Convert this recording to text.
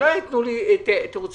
שלא ייתנו לי תירוצים